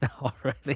already